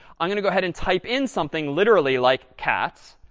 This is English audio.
i'm going to go ahead and type in something literally like cats.